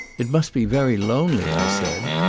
it must be very lonely, i said.